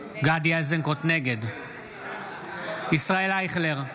איזנקוט, נגד ישראל אייכלר,